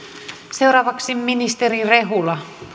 seuraavaksi ministeri rehula